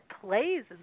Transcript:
plays